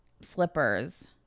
slippers